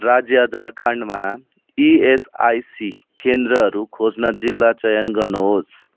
राज्य झारखण्डमा इएसआइसी केन्द्रहरू खोज्न जिल्ला चयन गर्नुहोस्